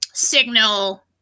signal